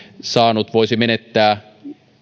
saanut voisi menettää